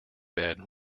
bed